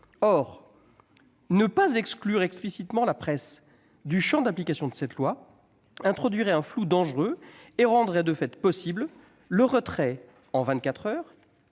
Or ne pas exclure explicitement la presse du champ d'application de la future loi introduirait un flou dangereux et rendrait de fait possible le retrait en